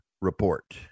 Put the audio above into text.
report